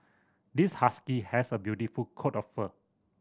this husky has a beautiful coat of fur